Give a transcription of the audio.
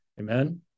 Amen